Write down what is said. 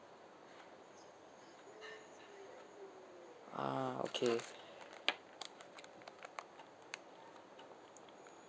ah okay